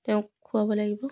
তেওঁক খোৱাব লাগিব